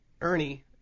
Ernie